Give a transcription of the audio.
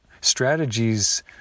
strategies